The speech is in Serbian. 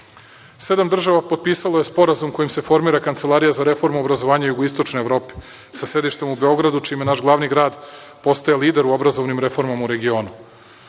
država je potpisalo sporazum kojim se formira Kancelarija za reformu obrazovanja jugoistočne Evrope sa sedištem u Beogradu, čime naš glavni grad postaje lider u obrazovnim reformama u regionu. Imajući